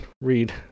read